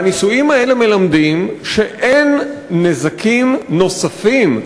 ושהניסויים האלה מלמדים שאין נזקים נוספים,